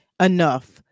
enough